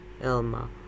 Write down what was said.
Elma